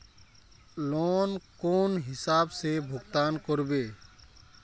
Loan कौन हिसाब से भुगतान करबे?